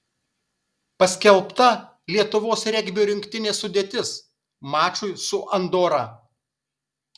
paskelbta lietuvos regbio rinktinės sudėtis mačui su andora